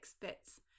bits